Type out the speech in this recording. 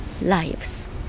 lives